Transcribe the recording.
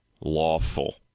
lawful